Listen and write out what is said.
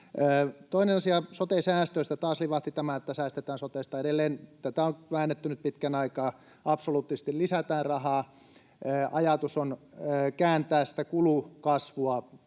Toinen asia, sote-säästöistä: Taas livahti tämä, että säästetään sotesta. Edelleen, tätä on väännetty nyt pitkän aikaa, absoluuttisesti rahaa lisätään. Ajatus on kääntää sitä kulukasvua pikkusen